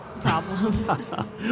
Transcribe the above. problem